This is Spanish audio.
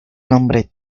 nombre